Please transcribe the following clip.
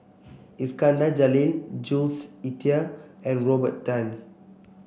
Iskandar Jalil Jules Itier and Robert Tan